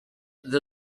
the